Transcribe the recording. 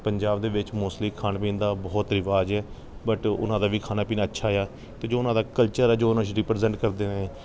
ਪੰਜਾਬ ਦੇ ਵਿੱਚ ਮੋਸਟਲੀ ਖਾਣ ਪੀਣ ਦਾ ਬਹੁਤ ਰਿਵਾਜ਼ ਹੈ ਬਟ ਉਹਨਾਂ ਦਾ ਵੀ ਖਾਣਾ ਪੀਣਾ ਅੱਛਾ ਆ ਅਤੇ ਜੋ ਉਹਨਾਂ ਦਾ ਕਲਚਰ ਆ ਜੋ ਉਹਨੂੰ ਰੀਪ੍ਰਜ਼ੈਂਟ ਕਰਦੇ ਨੇ